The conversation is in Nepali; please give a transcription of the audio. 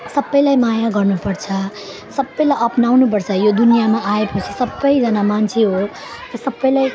सबैलाई माया गर्नुपर्छ सबैलाई अप्नाउनुपर्छ यो दुनियाँमा आएपछि सबैजना मान्छे हो त्यो सबैलाई